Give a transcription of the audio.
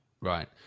right